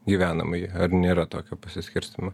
gyvenamąjį ar nėra tokio pasiskirstymo